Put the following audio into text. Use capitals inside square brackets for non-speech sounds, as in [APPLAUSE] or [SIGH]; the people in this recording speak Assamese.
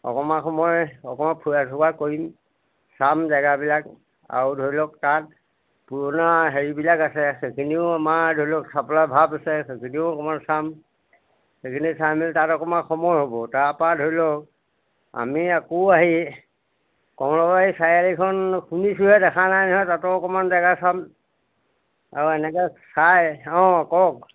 অকমান সময় অকমান ফুৰা চকা কৰিম চাম জেগাবিলাক আৰু ধৰি লওক তাত পুৰণা হেৰিবিলাক আছে সেইখিনিও আমাৰ ধৰি লওক [UNINTELLIGIBLE] আছে সেইখিনিও অকমান চাম সেইখিনি চাই মেলি তাত অকমান সময় হ'ব তাৰপা ধৰি লওক আমি আকৌ আহি কমলাবাৰী চাৰিআলিখন শুনিছোঁহে দেখা নাই নহয় তাতো অকমান জেগা চাম আৰু এনেকে চাই অঁ কওক